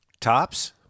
Tops